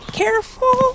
careful